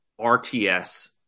rts